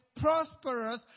prosperous